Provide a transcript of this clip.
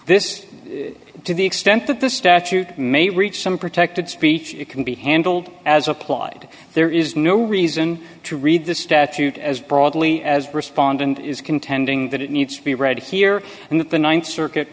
this to the extent that the statute may reach some protected speech it can be handled as applied there is no reason to read the statute as broadly as respondent is contending that it needs to be right here and that the th circuit